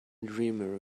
dreamer